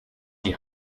die